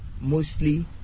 Mostly